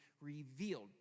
revealed